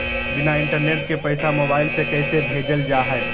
बिना इंटरनेट के पैसा मोबाइल से कैसे भेजल जा है?